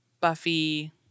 Buffy